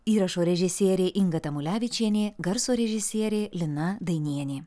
įrašo režisierė inga tamulevičienė garso režisierė lina dainienė